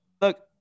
Look